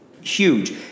huge